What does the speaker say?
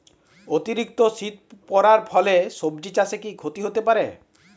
অতিরিক্ত শীত পরার ফলে সবজি চাষে কি ক্ষতি হতে পারে?